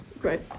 Great